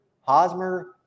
Hosmer